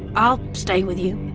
i'll stay with you